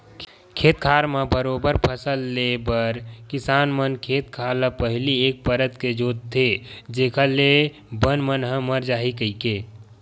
खेत खार म बरोबर फसल ले बर किसान मन खेत खार ल पहिली एक परत के जोंतथे जेखर ले बन मन ह मर जाही कहिके